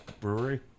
brewery